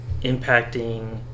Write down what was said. impacting